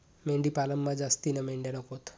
मेंढी पालनमा जास्तीन्या मेंढ्या नकोत